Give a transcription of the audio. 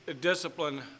discipline